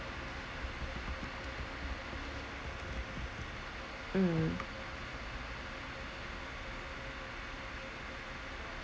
mm